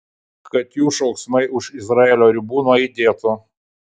kad jų šauksmai už izraelio ribų nuaidėtų